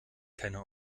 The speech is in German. keiner